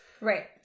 Right